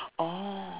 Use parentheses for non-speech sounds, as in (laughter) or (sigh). (noise) oh